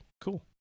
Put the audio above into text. cool